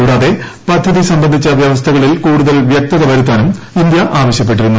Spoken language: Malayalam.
കൂടാതെ പദ്ധതി സംബന്ധിച്ച വൃവസ്ഥകളിൽ കൂടുതൽ വൃക്തത വരുത്താനും ഇന്ത്യ ആവശ്യപ്പെട്ടിരുന്നു